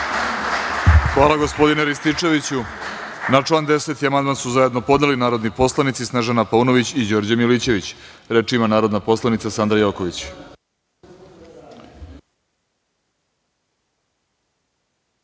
Hvala, gospodine Rističeviću. Na član 10. amandman su zajedno podneli narodni poslanici Snežana Paunović i Đorđe Milićević. Reč ima narodna poslanica Sandra Joković.